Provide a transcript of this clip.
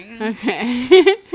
okay